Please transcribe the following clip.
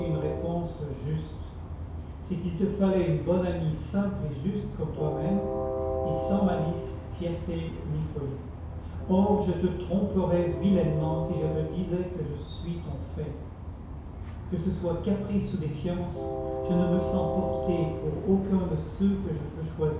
réponse juste c'est qu'il te fallait une bonne amie simple et juste comme toi-même et sans malice fierté ni folie or je te tromperais vilainement si je te disais que je suis ton fait que ce soit caprice ou défiance je ne me sens portée pour aucun de ceux que je peux